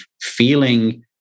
feeling